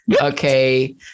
Okay